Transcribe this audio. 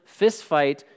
fistfight